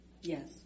Yes